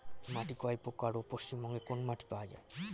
মাটি কয় প্রকার ও পশ্চিমবঙ্গ কোন মাটি পাওয়া য়ায়?